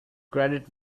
credit